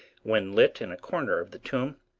when lit in a corner of the tomb,